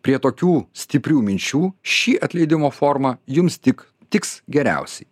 prie tokių stiprių minčių ši atleidimo forma jums tik tiks geriausiai